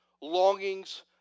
longings